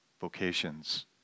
vocations